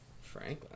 Franklin